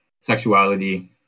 sexuality